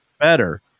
better